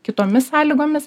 kitomis sąlygomis